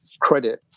credit